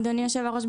אדוני יושב הראש,